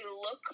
look